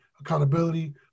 accountability